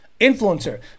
Influencer